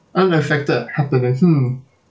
unaffected after that hmm